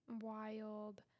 wild